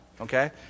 okay